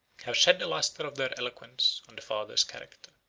have shed the lustre of their eloquence on the father's character.